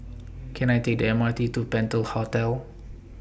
Can I Take The M R T to Penta Hotel